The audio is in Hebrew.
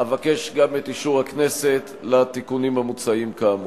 אבקש גם את אישור הכנסת לתיקונים המוצעים כאמור.